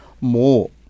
more